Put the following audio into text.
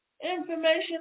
Information